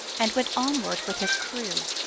and went onward with his crew.